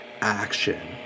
action